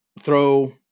throw